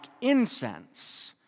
incense